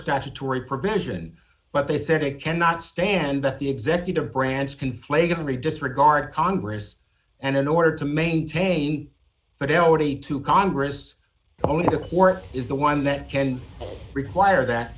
statutory provision but they said it cannot stand the executive branch conflate every disregard congress and in order to maintain but already two congress only support is the one that can require that